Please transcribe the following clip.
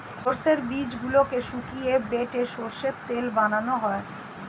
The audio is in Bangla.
সর্ষের বীজগুলোকে শুকিয়ে বেটে সর্ষের তেল বানানো হয়